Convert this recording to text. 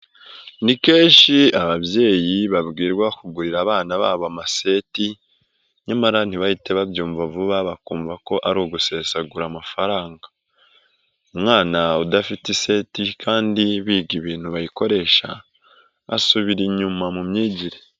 Ni kenshi ababyeyi babwirwa kugurira abana babo amaseti, nyamara ntibahite babyumva vuba bakumva ko ari ugusesagura amafaranga, umwana udafite iseti kandi biga ibintu bayikoresha, asubira inyuma mu myigire.